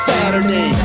Saturday